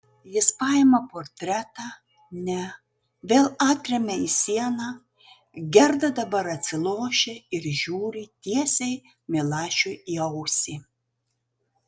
jis paima portretą ne vėl atremia į sieną gerda dabar atsilošia ir žiūri tiesiai milašiui į ausį